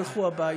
ילכו הביתה.